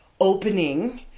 opening